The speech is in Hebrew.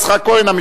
יצחק כהן.